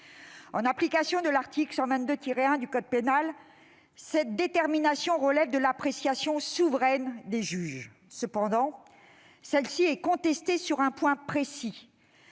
En application de l'article 122-1 du code pénal, cette détermination relève de l'appréciation souveraine des juges. Toutefois, celle-ci est contestée sur un point précis